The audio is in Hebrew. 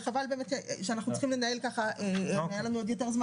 וחבל כי אם היה לנו עוד זמן,